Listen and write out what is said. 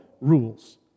rules